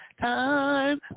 time